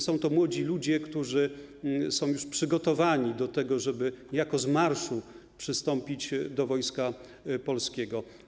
Są to młodzi ludzie, którzy są już przygotowani do tego, żeby niejako z marszu przystąpić do Wojska Polskiego.